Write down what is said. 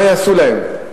מה יעשו להם.